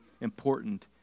important